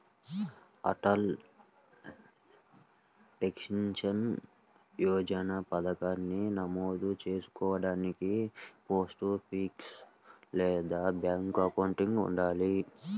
Atal pension Yojana పథకానికి నమోదు చేసుకోడానికి పోస్టాఫీస్ లేదా బ్యాంక్ అకౌంట్ ఉండాలి